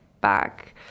back